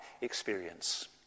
experience